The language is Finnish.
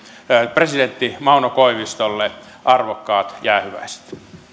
presidentti mauno koivistolle arvokkaat jäähyväiset